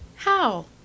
How